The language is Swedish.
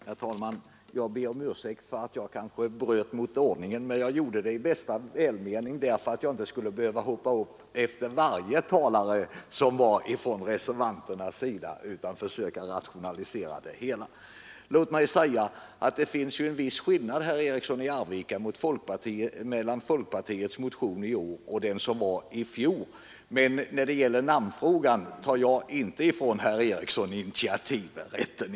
Herr talman! Jag ber om ursäkt för att jag bröt mot ordningsreglerna. Jag gjorde det i bästa välmening. För att slippa hoppa upp efter varje talare från reservanternas sida försökte jag rationalisera det hela. Låt mig till herr Eriksson i Arvika säga att det finns en skillnad mellan folkpartiets motion i år och den motion folkpartiet väckte i fjol. Men när det gäller namnfrågan vill jag inte ta ifrån herr Eriksson initiativrätten.